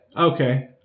Okay